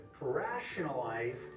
rationalize